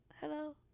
hello